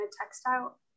textile